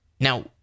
Now